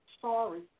sorry